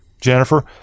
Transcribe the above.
jennifer